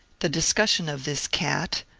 the discussion. of this cat,